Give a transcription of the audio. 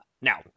Now